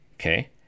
Okay